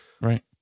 right